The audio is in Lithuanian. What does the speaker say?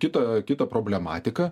kitą kitą problematiką